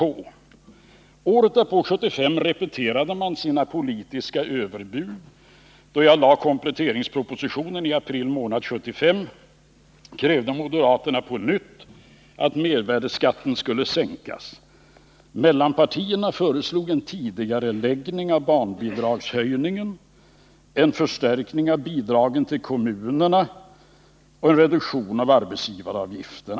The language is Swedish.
Året därpå, 1975, repeterade man sina politiska överbud. Då jag lade fram kompletteringspropositionen i april månad 1975 krävde moderaterna på nytt att mervärdeskatten skulle sänkas. Mellanpartierna föreslog en tidigareläggning av barnbidragshöjningen, en förstärkning av bidragen till kommunerna och en reduktion av arbetsgivaravgiften.